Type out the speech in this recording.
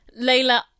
Layla